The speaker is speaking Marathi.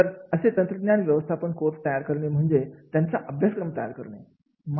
तर असे तंत्रज्ञान व्यवस्थापन कोर्स तयार करणे म्हणजेच त्यांचा अभ्यासक्रम तयार करणे